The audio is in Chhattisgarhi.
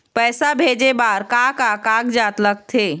पैसा भेजे बार का का कागजात लगथे?